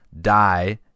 die